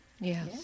Yes